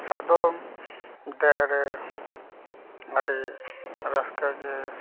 ᱥᱟᱫᱚᱢ ᱫᱮᱡ ᱨᱮ ᱟ ᱰᱤ ᱨᱟᱹᱥᱠᱟᱹᱜᱮ